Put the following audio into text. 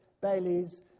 Baileys